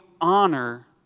honor